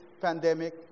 pandemic